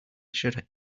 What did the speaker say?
should